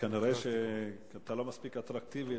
כנראה אתה לא מספיק אטרקטיבי